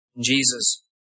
Jesus